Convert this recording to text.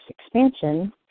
expansion